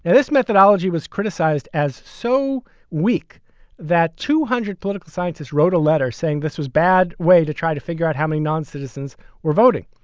and this methodology was criticized as so weak that two hundred political scientists wrote a letter saying this was a bad way to try to figure out how many non-citizens were voting.